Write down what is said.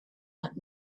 out